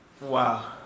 Wow